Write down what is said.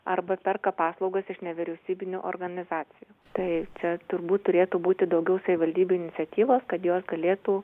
arba perka paslaugas iš nevyriausybinių organizacijų tai čia turbūt turėtų būti daugiau savivaldybių iniciatyvos kad jos galėtų